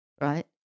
right